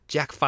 Jack